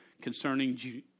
concerning